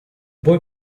boy